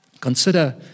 Consider